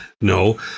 no